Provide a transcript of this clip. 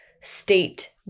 state